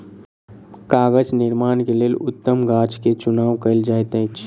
कागज़ निर्माण के लेल उत्तम गाछ के चुनाव कयल जाइत अछि